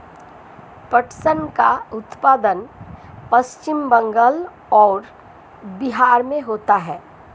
पटसन का उत्पादन पश्चिम बंगाल और बिहार में होता है